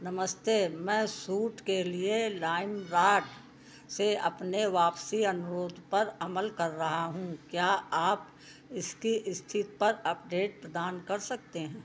नमस्ते मैं सूट के लिए लाइमरॉड से अपने वापसी अनुरोध पर अमल कर रहा हूं क्या आप इसकी स्थिति पर अपडेट प्रदान कर सकते हैं